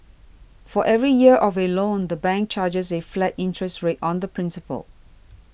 for every year of a loan the bank charges a flat interest rate on the principal